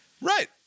Right